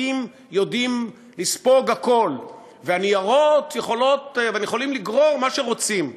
השקפים יודעים לספוג הכול והניירות יכולים לגרור מה שהם רוצים.